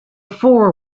four